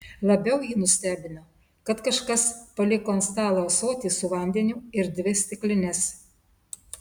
labiau jį nustebino kad kažkas paliko ant stalo ąsotį su vandeniu ir dvi stiklines